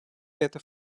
это